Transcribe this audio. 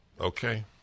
Okay